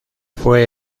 fue